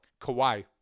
Kawhi